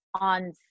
on